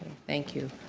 thank you.